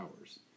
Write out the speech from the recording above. hours